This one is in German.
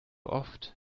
oft